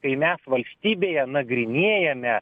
kai mes valstybėje nagrinėjame